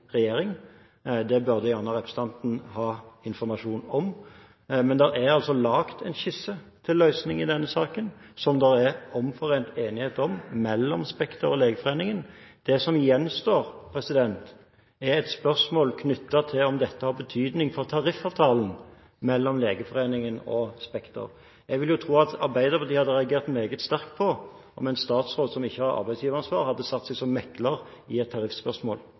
regjering. Det burde representanten ha informasjon om. Men det er altså lagd en skisse til løsning i denne saken, som det er omforent enighet om mellom Spekter og Legeforeningen. Det som gjenstår, er et spørsmål knyttet til om dette har betydning for tariffavtalen mellom Legeforeningen og Spekter. Jeg vil tro at Arbeiderpartiet hadde reagert meget sterkt på det om en statsråd som ikke hadde arbeidsgiveransvar, hadde satt seg som megler i et tariffspørsmål.